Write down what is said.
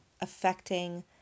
affecting